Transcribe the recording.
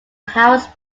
house